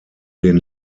den